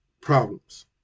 problems